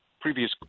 previous